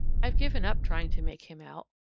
i've given up trying to make him out.